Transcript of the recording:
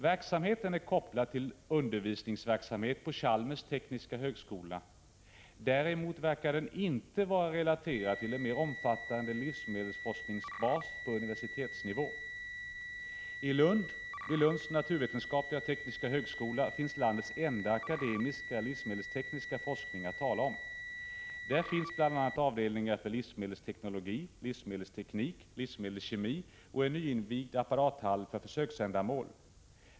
Verksamheten är kopplad till undervisningsverksamhet på Chalmers tekniska högskola. Däremot verkar den inte vara relaterad till en mer omfattande livsmedelsforskningsbas på universitetsnivå. I Lunds naturvetenskapliga och tekniska högskola finns landets enda akademiska, livsmedelstekniska forskning att tala om. Där finns bl.a. avdelningar för livsmedelsteknologi, livsmedelsteknik, livsmedelskemi och en nyinvigd apparathall för försöksändamål.